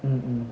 mm mm